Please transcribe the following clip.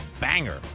banger